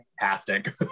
fantastic